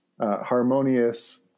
harmonious